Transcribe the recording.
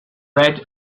red